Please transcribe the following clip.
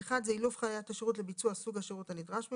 " (1)אילוף חיית השירות לביצוע סוג השירות הנדרש ממנה,